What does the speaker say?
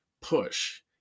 push